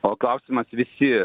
o klausimas visi